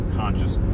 conscious